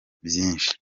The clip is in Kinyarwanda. vyinshi